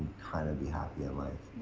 kind of be happy in life